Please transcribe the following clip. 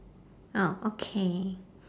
oh okay